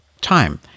time